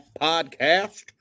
podcast